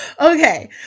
Okay